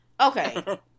Okay